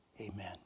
Amen